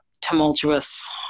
tumultuous